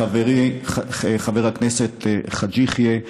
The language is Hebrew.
לחברי חבר הכנסת חאג' יחיא,